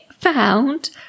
found